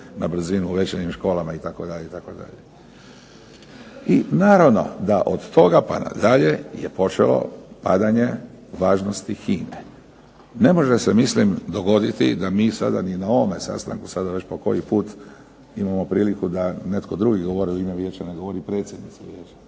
na brzinu u večernjim školama itd., itd. I naravno da od toga pa nadalje je počelo padanje važnosti HINA-e. Ne može se mislim dogoditi da mi sada ni na ovome sastanku sada već po koji put imamo priliku da netko drugi govori u ime vijeća, ne govori predsjednica vijeća.